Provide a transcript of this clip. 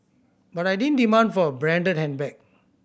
but I didn't demand for a branded handbag